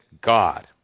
God